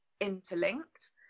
interlinked